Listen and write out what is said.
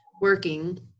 working